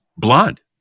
blonde